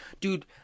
Dude